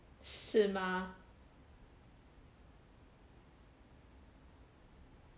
是吗